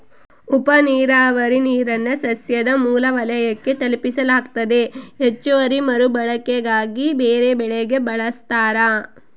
ಉಪನೀರಾವರಿ ನೀರನ್ನು ಸಸ್ಯದ ಮೂಲ ವಲಯಕ್ಕೆ ತಲುಪಿಸಲಾಗ್ತತೆ ಹೆಚ್ಚುವರಿ ಮರುಬಳಕೆಗಾಗಿ ಬೇರೆಬೆಳೆಗೆ ಬಳಸ್ತಾರ